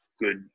good